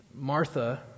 Martha